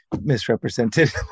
misrepresented